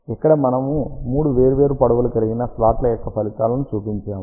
ఇక్కడ మనము మూడు వేర్వేరు పొడవులు కలిగిన స్లాట్ల యొక్క ఫలితాలను చూపించాము